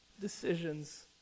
decisions